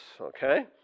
okay